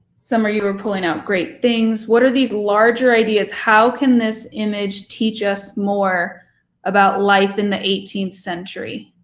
some of you are pulling out great things. what are these larger ideas? how can this image teach us more about life in the eighteenth century?